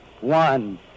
one